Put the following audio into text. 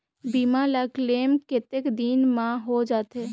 बीमा ला क्लेम कतेक दिन मां हों जाथे?